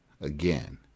Again